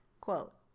Quote